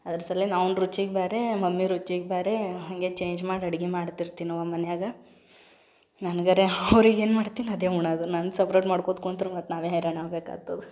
ಅದರ ಸಲಿಗೆ ಅವ್ನ ರುಚಿಗೆ ಬೇರೆ ಮಮ್ಮಿ ರುಚಿಗೆ ಬೇರೆ ಹಾಗೇ ಚೇಂಜ್ ಮಾಡಿ ಅಡುಗೆ ಮಾಡ್ತಿರ್ತೀನಿ ನಮ್ಮ ಮನೆಯಾಗ ನನಗಾರೆ ಅವ್ರಿಗೇನು ಮಾಡ್ತೀನಿ ಅದೇ ಉಣ್ಣೋದು ನನ್ಗೆ ಸಪ್ರೇಟ್ ಮಾಡ್ಕೋತ ಕುಂತ್ರೆ ಮತ್ತು ನಾವೇ ಹೈರಾಣ್ ಆಗ್ಬೇಕಾತದೆ